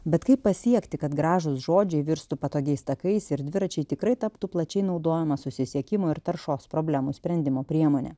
bet kaip pasiekti kad gražūs žodžiai virstų patogiais takais ir dviračiai tikrai taptų plačiai naudojama susisiekimo ir taršos problemų sprendimo priemonė